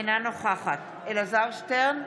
אינה נוכחת אלעזר שטרן,